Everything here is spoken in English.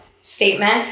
statement